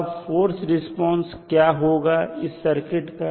अब force response क्या होगा इस सर्किट का